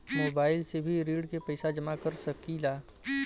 Mobile से भी ऋण के पैसा जमा कर सकी ला?